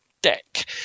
deck